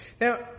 Now